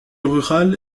rurale